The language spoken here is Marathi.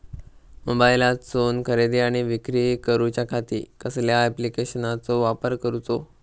मोबाईलातसून खरेदी आणि विक्री करूच्या खाती कसल्या ॲप्लिकेशनाचो वापर करूचो?